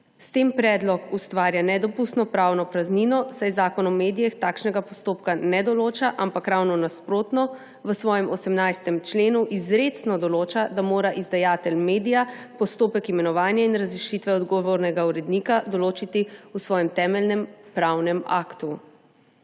S tem predlog ustvarja nedopustno pravno praznino, saj Zakon o medijih takšnega postopka ne določa, ampak ravno nasprotno, v svojem 18. členu izrecno določa, da mora izdajatelj medija postopek imenovanja in razrešitve odgovornega urednika določiti v svojem temeljnem pravnem aktu.